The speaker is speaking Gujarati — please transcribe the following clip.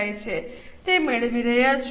તે મેળવી રહ્યા છો